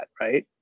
right